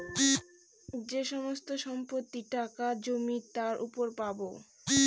যে সমস্ত সম্পত্তি, টাকা, জমি তার উপর পাবো